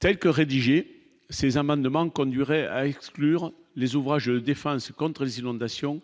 Telle que rédigée ces amendements conduirait à exclure les ouvrages de défense contre les inondations